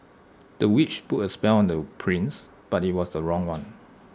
the witch put A spell on the prince but IT was the wrong one